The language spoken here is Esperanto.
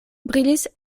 brilis